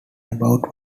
about